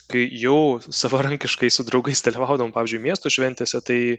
kai jau savarankiškai su draugais dalyvaudavom pavyzdžiui miesto šventėse tai